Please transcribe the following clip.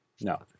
No